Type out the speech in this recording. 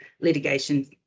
litigation